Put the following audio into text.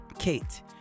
Kate